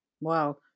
Wow